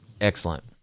Excellent